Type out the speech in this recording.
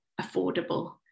affordable